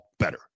better